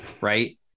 right